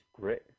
Great